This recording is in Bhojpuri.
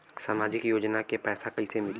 सामाजिक योजना के पैसा कइसे मिली?